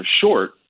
short